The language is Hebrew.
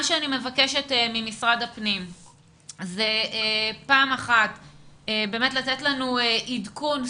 אני מבקשת ממשרד הפנים לתת לנו עדכון,